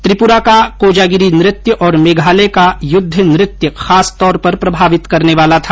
त्रिपूरा का कोजागीरी नृत्य और मेघालय का युद्ध नृत्य खास तौर पर प्रभावित करने वाला था